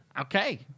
Okay